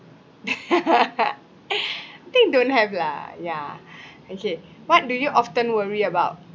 I think don't have lah yeah okay what do you often worry about